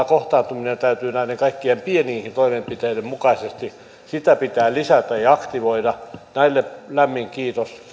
kohtaantumista täytyy näiden kaikkien pienienkin toimenpiteiden mukaisesti lisätä ja aktivoida näistä lämmin kiitos